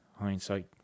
Hindsight